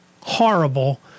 horrible